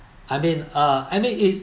I mean uh I mean it